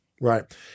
Right